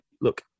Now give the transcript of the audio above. look